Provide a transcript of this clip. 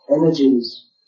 energies